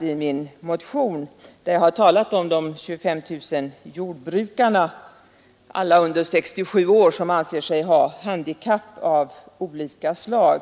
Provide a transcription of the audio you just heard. i min motion där jag har talat om de 25 000 jordbrukare — alla under 67-årsåldern — som anser sig ha handikapp av olika slag.